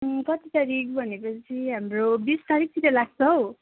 कति तारिक भनेपछि हाम्रो बिस तारिकतिर लाग्छ हो